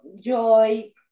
joy